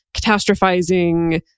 catastrophizing